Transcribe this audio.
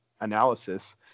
analysis